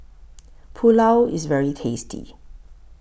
Pulao IS very tasty